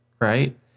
right